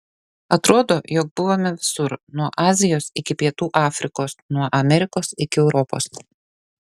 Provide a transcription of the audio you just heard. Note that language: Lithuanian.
atrodo jog buvome visur nuo azijos iki pietų afrikos nuo amerikos iki europos